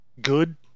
good